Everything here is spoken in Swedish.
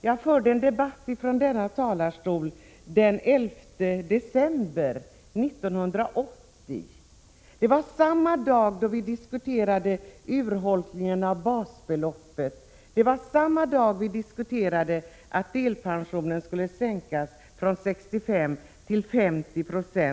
Jag har med mig kammarens debattprotokoll från den 11 december 1980, då den här frågan diskuterades. Samma dag diskuterades också urholkningen av basbeloppet och frågan om att sänka kompensationsgraden i delpensionen från 65 till 50 26.